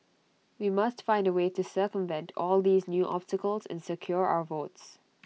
we must find A way to circumvent all these new obstacles and secure our votes